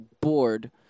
bored